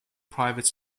private